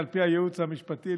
על פי הייעוץ המשפטי,